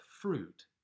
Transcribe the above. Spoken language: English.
fruit